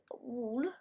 wall